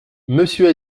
monsieur